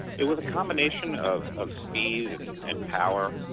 it was a combination of of speed and and power.